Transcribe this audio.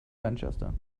manchester